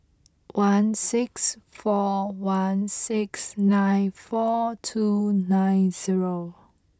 one six four one six nine four two nine zero